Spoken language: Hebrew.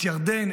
את ירדן,